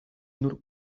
nur